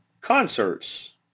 concerts